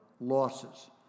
losses